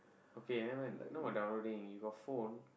okay never mind how about downloading you got phone